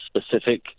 specific